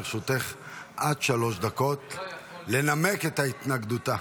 לרשותך עד שלוש דקות לנמק את התנגדותך.